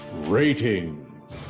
Ratings